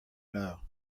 know